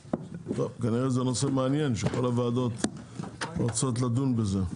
כנראה שזה נושא מעניין כי כל הוועדות רוצות לדון בזה.